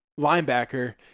linebacker